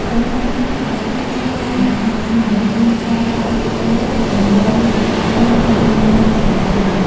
ចំណែកប្លង់ប្រាសាទមានលក្ខណៈស្មុកស្មាញ មានការរុះរើលើក តម្រូវឡើងវិញជាច្រើនលើកច្រើនសា ។